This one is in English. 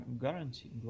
guarantee